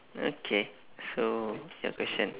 okay so your question